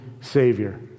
Savior